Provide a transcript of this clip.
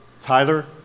Tyler